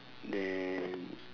then